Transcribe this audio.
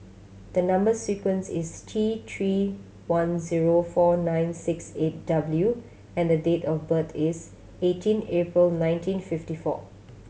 the number sequence is T Three one zero four nine six eight W and date of birth is eighteen April nineteen fifty four